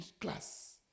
class